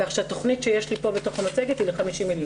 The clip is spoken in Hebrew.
כך שהתכנית שיש לי פה בתוך המצגת היא ל-50 מיליון.